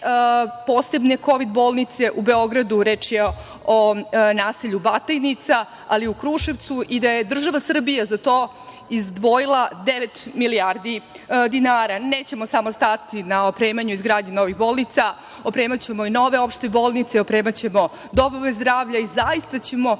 posebne Kovid bolnice u Beogradu, reč je o naselju Batajnica, ali i u Kruševcu i da je država Srbija za to izdvojila devet milijardi dinara. Nećemo samo stati na opremanju i izgradnji novih bolnica, opremaćemo i nove opšte bolnice, opremaćemo domove zdravlja i zaista ćemo